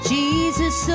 Jesus